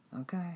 Okay